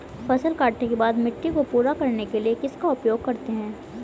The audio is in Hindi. फसल काटने के बाद मिट्टी को पूरा करने के लिए किसका उपयोग करते हैं?